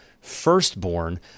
firstborn